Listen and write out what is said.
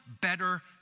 better